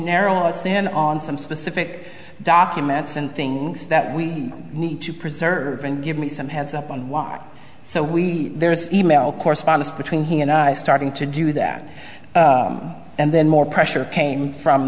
narrow us in on some specific documents and things that we need to preserve and give me some heads up on why so we there's email correspondence between he and i starting to do that and then more pressure came from